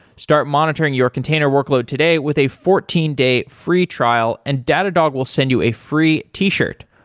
start monitoring your container workload today with a fourteen day free trial and datadog will send you a free t-shirt.